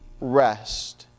rest